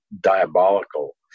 diabolical